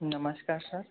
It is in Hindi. नमस्कार सर